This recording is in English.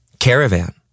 Caravan